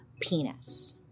penis